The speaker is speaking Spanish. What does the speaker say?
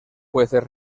jueces